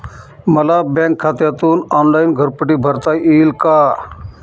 मला बँक खात्यातून ऑनलाइन घरपट्टी भरता येईल का?